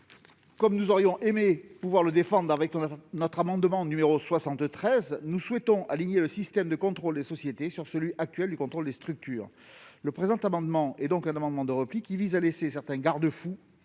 Comme nous aurions aimé pouvoir le défendre en présentant notre amendement n° 73, nous souhaitons aligner le système de contrôle des sociétés sur le système actuel de contrôle des structures. Le présent amendement est donc un amendement de repli qui vise à maintenir dans la